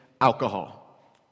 alcohol